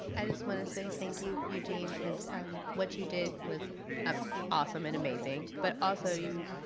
i just wanna say thank you, eugene, because what you did was ah awesome and amazing. but also you,